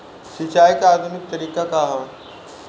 सिंचाई क आधुनिक तरीका का ह?